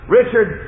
Richard